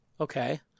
Okay